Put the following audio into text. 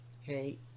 hey